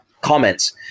comments